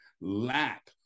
lack